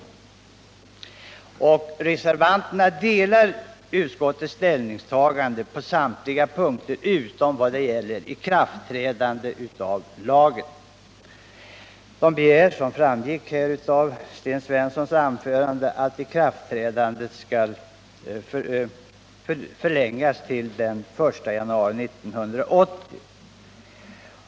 De som reserverat sig ansluter sig till utskottets ställningstagande på samtliga punkter utom i vad gäller lagens ikraftträdande. De begär, som framgick av Sten Svenssons anförande, att lagen skall träda i kraft först den 1 januari 1980.